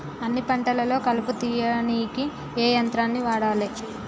అన్ని పంటలలో కలుపు తీయనీకి ఏ యంత్రాన్ని వాడాలే?